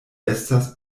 estas